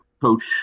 coach